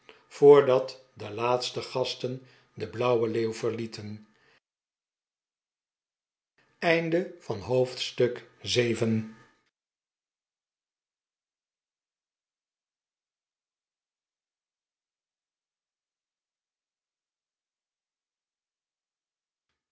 voordat de laatste gasten de blauwe leeuw verlieten hoofdstuk